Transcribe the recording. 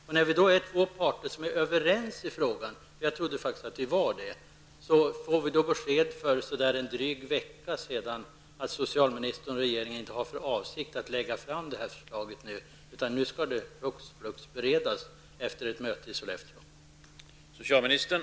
Jag trodde att det två parterna var överens i frågan, men för en dryg vecka sedan fick vi besked om att socialministern och regeringen inte har för avsikt att lägga fram detta förslag nu. Det skall hux flux i stället beredas enligt ett beslut som fattades på ett möte i Sollefteå.